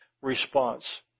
response